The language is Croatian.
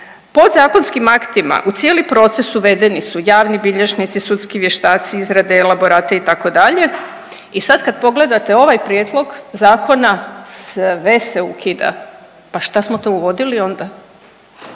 Podzakonskim aktima u cijeli proces uvedeni su javni bilježnici, sudski vještaci, izrade elaborata, itd. i sad kad pogledate ovaj Prijedlog zakona, sve se ukida. Pa šta smo to uvodili onda?